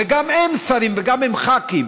והם גם שרים וגם ח"כים,